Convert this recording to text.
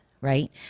right